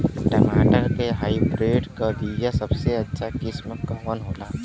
टमाटर के हाइब्रिड क बीया सबसे अच्छा किस्म कवन होला?